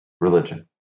religion